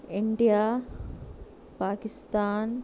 India Pakistan